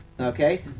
Okay